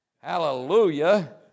Hallelujah